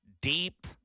deep